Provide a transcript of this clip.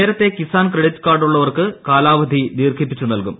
നേരത്തെ കിസാൻ ക്രെഡിറ്റ് കാർഡുള്ളവർക്ക് കാലാവധി ദീർഘിപ്പിച്ചു നൽകും